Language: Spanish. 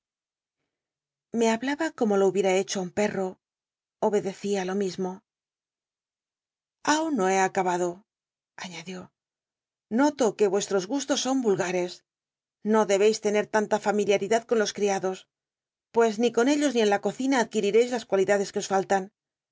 le hablaba como lo hubiera hecho ti un ijci'l'o obedecía lo mismo aun no he acabado añadió noto que nesh os gustos son vulgares no debéis tener tanta fnmili uidad con los criados pues ni con ellos ni en la cocina adc uiieis las cualidades que os fal